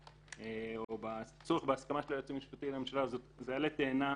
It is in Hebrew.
או בצורך בהסכמה של היועץ המשפטי לממשלה זה עלה תאנה,